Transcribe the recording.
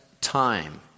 time